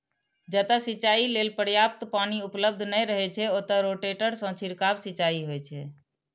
जतय सिंचाइ लेल पर्याप्त पानि उपलब्ध नै रहै छै, ओतय रोटेटर सं छिड़काव सिंचाइ होइ छै